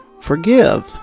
forgive